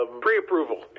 pre-approval